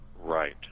Right